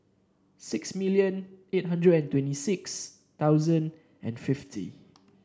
six million eight hundred and twenty six thousand and fifty